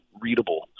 readable